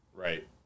Right